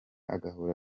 agahora